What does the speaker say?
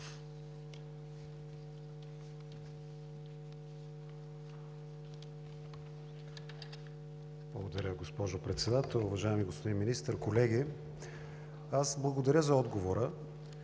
Благодаря, госпожо Председател. Уважаеми господин Министър, колеги! Аз благодаря за отговора.